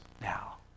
now